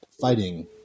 fighting